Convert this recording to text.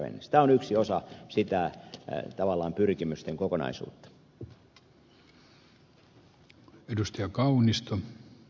tämä on yksi osa sitä pyrkimysten kokonaisuutta